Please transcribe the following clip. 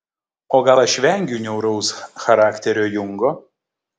o gal aš vengiu niauraus charakterio jungo